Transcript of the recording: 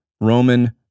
Roman